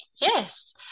Yes